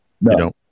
no